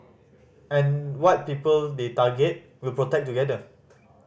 and what people they target we'll protect together